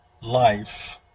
life